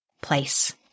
place